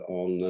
on